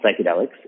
psychedelics